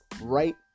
right